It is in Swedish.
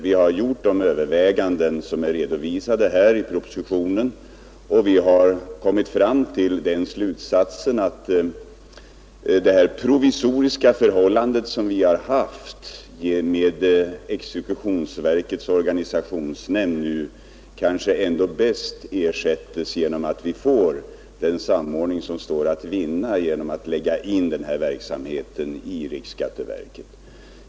Vi har gjort de överväganden som är redovisade i propositionen och kommit fram till slutsatsen att det provisoriska förhållandet med exekutionsväsendets organisationsnämnd kanske ändå bäst ersättes genom den samordning som står att vinna genom att lägga in den här verksamheten i riksskatteverket.